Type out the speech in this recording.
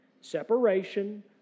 Separation